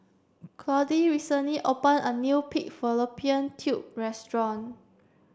Clyde recently opened a new pig fallopian tubes restaurant